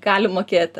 gali mokėti